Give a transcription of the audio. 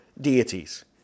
deities